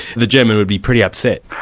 the german would be pretty upset.